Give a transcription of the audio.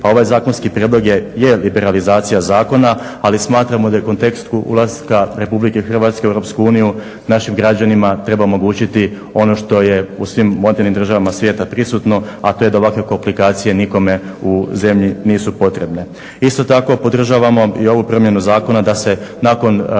pa ovaj zakonski prijedlog je liberalizacija zakona ali smatramo da je u kontekstu ulaska Republike Hrvatske u Europsku uniju našim građanima treba omogućiti ono što je u svim modernim državama svijeta prisutno, a to je da ovakve komplikacije u zemlji nisu potrebne. Isto tako podržavamo i ovu promjenu zakona da se nakon,